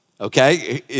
okay